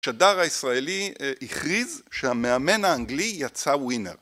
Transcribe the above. השדר הישראלי הכריז שהמאמן האנגלי יצא ווינר.